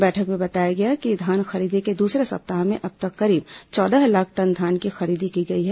बैठक में बताया गया कि धान खरीदी के दूसरे सप्ताह में अब तक करीब चौदह लाख टन धान की खरीदी की गई है